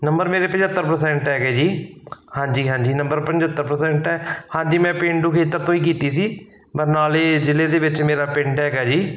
number ਮੇਰੇ ਪਝੱਤਰ percent ਹੈਗੇ ਜੀ ਹਾਂਜੀ ਹਾਂਜੀ ਨੰਬਰ ਪਝੱਤਰ ਪ੍ਰਸੈਂਟ ਹੈ ਹਾਂਜੀ ਮੈਂ ਪੇਂਡੂ ਖੇਤਰ ਤੋਂ ਹੀ ਕੀਤੀ ਸੀ ਬਰਨਾਲੇ ਜ਼ਿਲ੍ਹੇ ਦੇ ਵਿੱਚ ਮੇਰਾ ਪਿੰਡ ਹੈਗਾ ਜੀ